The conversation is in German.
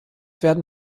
werden